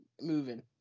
moving